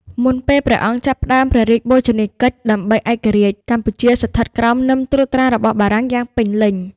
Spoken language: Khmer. មុនពេលព្រះអង្គចាប់ផ្ដើមព្រះរាជបូជនីយកិច្ចដើម្បីឯករាជ្យ កម្ពុជាស្ថិតក្រោមនឹមត្រួតត្រារបស់បារាំងយ៉ាងពេញលេញ។